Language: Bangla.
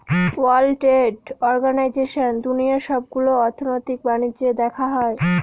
ওয়ার্ল্ড ট্রেড অর্গানাইজেশনে দুনিয়ার সবগুলো অর্থনৈতিক বাণিজ্য দেখা হয়